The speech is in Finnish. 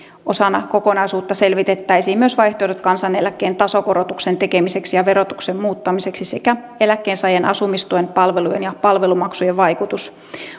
osana kokonaisuutta selvitettäisiin myös vaihtoehdot kansaneläkkeen tasokorotuksen tekemiseksi ja verotuksen muuttamiseksi sekä eläkkeensaajien asumistuen palvelujen ja palvelumaksujen vaikutus